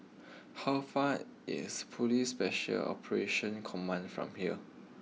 how far is police special Operations Command from here